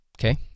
okay